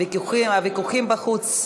הוויכוחים, בחוץ.